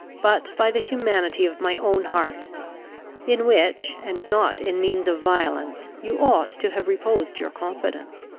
but by the humanity of my own heart in which, and not in means of violence, you ought to have reposed your confidence.